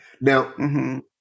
Now